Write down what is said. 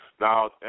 Now